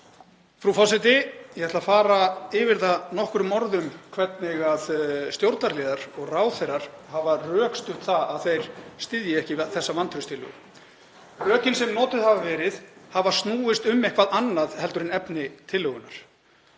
Frú forseti. Ég ætla að fara yfir það nokkrum orðum hvernig stjórnarliðar og ráðherrar hafa rökstutt það að þeir styðji ekki þessa vantrauststillögu. Rökin sem notuð hafa verið hafa snúist um eitthvað annað en efni tillögunnar.